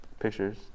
Pictures